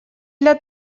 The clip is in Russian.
для